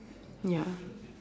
ya